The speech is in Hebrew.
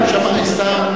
רבותי,